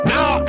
Now